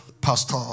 Pastor